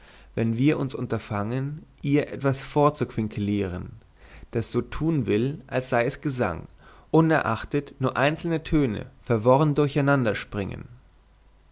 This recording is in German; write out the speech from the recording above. wenn wir uns unterfangen ihr etwas vorzuquinkelieren das so tun will als sei es gesang unerachtet nur einzelne töne verworren durcheinander springen